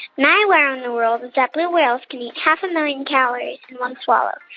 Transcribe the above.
my wow in the world that blue whales can eat half a million calories in one swallow.